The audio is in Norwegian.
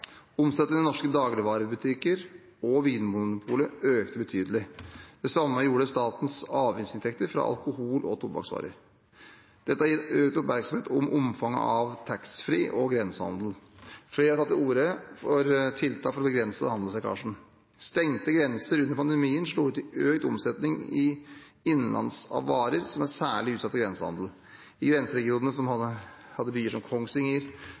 i norske dagligvarebutikker og i Vinmonopolet økte betydelig. Det samme gjorde statens avgiftsinntekter fra alkohol- og tobakksvarer. Dette har gitt økt oppmerksomhet på omfanget av taxfree-handel og grensehandel. Flere har tatt til orde for tiltak for å begrense handelslekkasjen. Stengte grenser under pandemien slo ut i økt omsetning av innenlandsvarer som er særlig utsatt for grensehandel. Grenseregionene, med byer som Kongsvinger, Moss, Fredrikstad, Sarpsborg og Halden, hadde